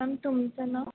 ma'am तुमचं नाव